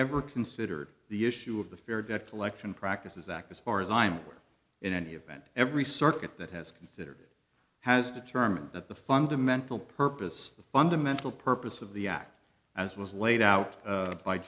ever considered the issue of the fair debt collection practices act as far as i'm aware in any event every circuit that has considered has determined that the fundamental purpose the fundamental purpose of the act as was laid out